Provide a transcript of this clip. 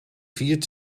viert